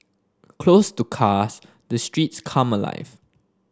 closed to cars the streets come alive